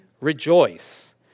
Rejoice